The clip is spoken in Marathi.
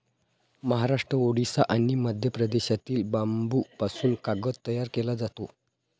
महाराष्ट्र, ओडिशा आणि मध्य प्रदेशातील बांबूपासून कागद तयार केला जातो